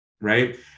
right